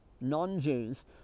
non-Jews